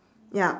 ya